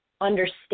Understand